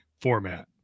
format